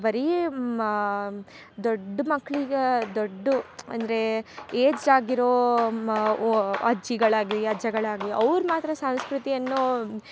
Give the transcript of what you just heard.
ಬರೀ ಮಾ ದೊಡ್ಡ ಮಕ್ಕಳಿಗೆ ದೊಡ್ಡ ಅಂದರೆ ಏಜ್ ಆಗಿರೋ ಅಜ್ಜಿಗಳಾಗಲಿ ಅಜ್ಜಗಳಾಗಲಿ ಅವ್ರ ಮಾತ್ರ ಸಂಸ್ಕೃತಿಯನ್ನು